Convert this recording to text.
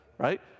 right